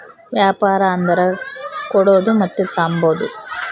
ವ್ಯಾಪಾರ ಅಂದರ ಕೊಡೋದು ಮತ್ತೆ ತಾಂಬದು